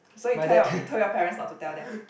so you tell your you told your parents not to tell them